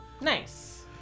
Nice